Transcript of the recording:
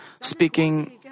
speaking